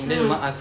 mm